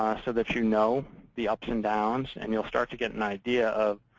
so that you know the ups and downs. and you'll start to get an idea of,